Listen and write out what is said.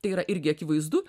tai yra irgi akivaizdu